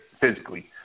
physically